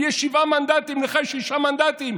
לי יש שבעה מנדטים, לך יש שישה מנדטים.